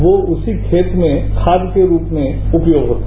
वो उसी खेत में खाद के रूप में उपयोग होगा